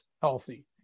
healthy